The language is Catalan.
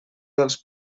dels